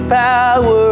power